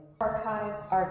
archives